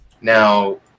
Now